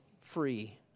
free